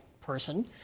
person